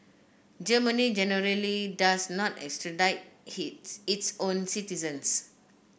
Germany generally does not extradite its own citizens